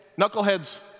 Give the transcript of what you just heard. knuckleheads